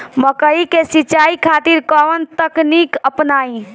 मकई के सिंचाई खातिर कवन तकनीक अपनाई?